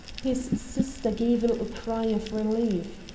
his sister gave a little cry of relief.